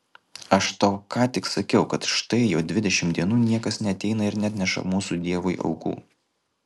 aš tau ką tik sakiau kad štai jau dvidešimt dienų niekas neateina ir neatneša mūsų dievui aukų